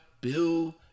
Bill